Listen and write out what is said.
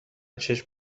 چشم